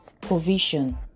provision